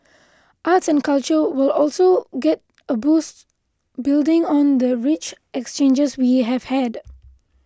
arts and culture will also get a boost building on the rich exchanges we have had